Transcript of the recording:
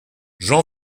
jean